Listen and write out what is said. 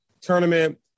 tournament